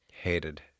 Hated